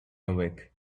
awake